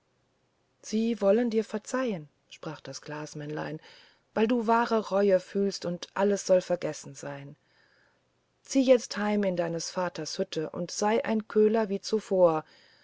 sie wollen dir verzeihen sprach das glasmännlein weil du wahre reue fühlst und alles soll vergessen sein zieh jetzt heim in deines vaters hütte und sei ein köhler wie zuvor